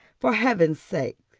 for heaven's sake,